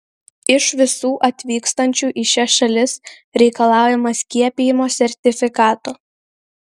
iš visų atvykstančių į šias šalis reikalaujama skiepijimo sertifikato